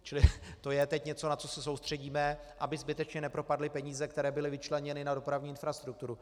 Čili to je teď něco, na co se soustředíme, aby zbytečně nepropadly peníze, které byly vyčleněny na dopravní infrastrukturu.